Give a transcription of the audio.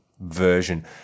version